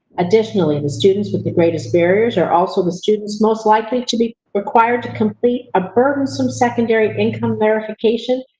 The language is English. additionally, the students with the greatest barriers are also the students most likely to be required to complete a burdensome secondary income verification,